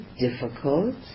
difficult